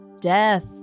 Death